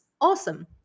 awesome